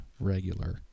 regular